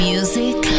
Music